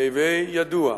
להווי ידוע,